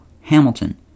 Hamilton